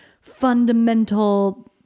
fundamental